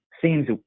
seems